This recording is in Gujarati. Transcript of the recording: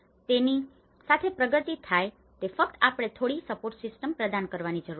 તેની સાથે પ્રગતિ થાય તે માટે ફક્ત આપણે થોડી સપોર્ટ સિસ્ટમ પ્રદાન કરવાની જરૂર છે